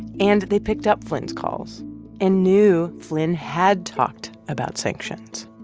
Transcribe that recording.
and they picked up flynn's calls and knew flynn had talked about sanctions